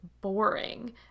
boring